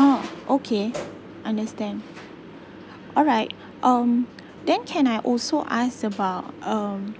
orh okay understand alright um then can I also ask about um